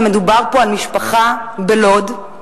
ומדובר פה על משפחה בלוד,